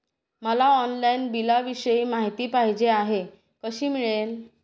मला ऑनलाईन बिलाविषयी माहिती पाहिजे आहे, कशी मिळेल?